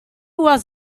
was